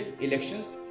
elections